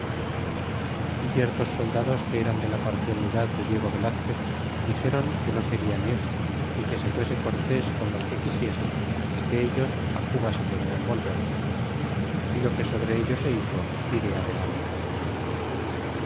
y ciertos soldados que eran de la parcialidad de diego yelazquez dixéron que no querian ir y que se fuese cortés con los que quisiese que ellos á cuba se querian volver y lo que sobre ello se hizo diré adelante